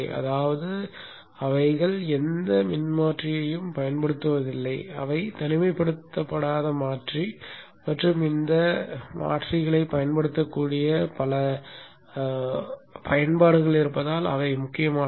அதாவது அவர்கள் எந்த மின்மாற்றியையும் பயன்படுத்துவதில்லை அவை தனிமைப்படுத்தப்படாத மாற்றி மற்றும் இந்த மாற்றிகளைப் பயன்படுத்தக்கூடிய பல பயன்பாடுகள் இருப்பதால் அவை முக்கியமானவை